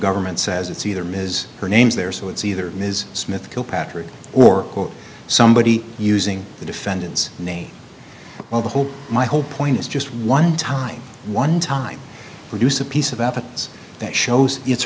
government says it's either ms her name's there so it's either ms smith kilpatrick or somebody using the defendant's name well the whole my whole point is just one time one time produce a piece of evidence that shows